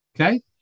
okay